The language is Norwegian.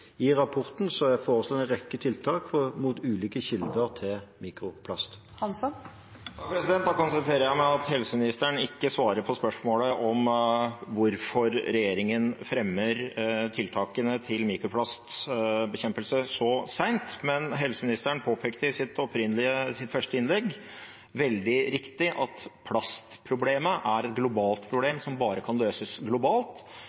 Da konstaterer jeg at helseministeren ikke svarer på spørsmålet om hvorfor regjeringen fremmer tiltakene for mikroplastbekjempelse så sent. Men helseministeren påpekte i sitt første innlegg veldig riktig at plastproblemet er et globalt problem som bare kan løses globalt,